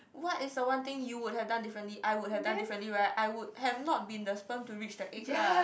what is the one thing you would have done differently I would have done differently right I would have not been the sperm to reach the egg lah